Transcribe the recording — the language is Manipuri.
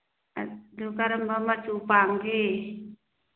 ꯑꯗꯨ ꯀꯔꯝꯕ ꯃꯆꯨ ꯄꯥꯝꯒꯦ